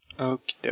Okay